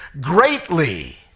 greatly